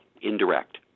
indirect